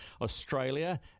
Australia